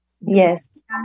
Yes